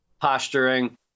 posturing